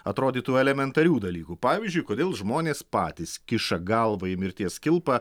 atrodytų elementarių dalykų pavyzdžiui kodėl žmonės patys kiša galvą į mirties kilpą